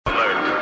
Alert